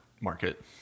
market